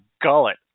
gullet